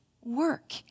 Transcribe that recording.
work